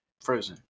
frozen